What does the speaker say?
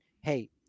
Hey